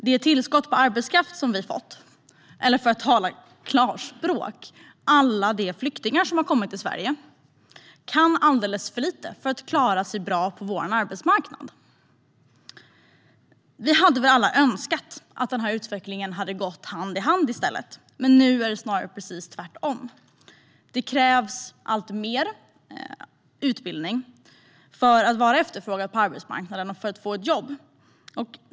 Det tillskott av arbetskraft som vi har fått - eller för att tala klarspråk: alla de flyktingar som har kommit till Sverige - kan alldeles för lite för att klara sig bra på vår arbetsmarknad. Vi hade väl alla önskat att utvecklingen i stället hade gått hand i hand. Men nu är det snarare precis tvärtom. Det krävs alltmer utbildning för att man ska vara efterfrågad på arbetsmarknaden och för att man ska få ett jobb.